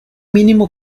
mínimo